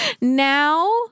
Now